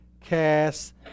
cast